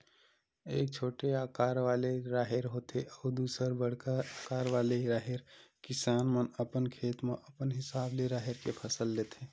एक छोटे अकार वाले राहेर होथे अउ दूसर बड़का अकार वाले राहेर, किसान मन अपन खेत म अपन हिसाब ले राहेर के फसल लेथे